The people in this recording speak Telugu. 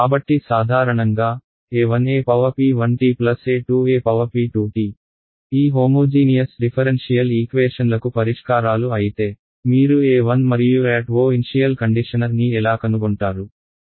కాబట్టి సాధారణంగా a1 ep 1 t a 2 e p 2 t ఈ హోమోజీనియస్ డిఫరెన్షియల్ ఈక్వేషన్లకు పరిష్కారాలు అయితే మీరు a1 మరియు a2 ఇన్షియల్ కండిషనర్ ని ఎలా కనుగొంటారు